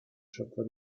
schöpfer